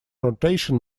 rotation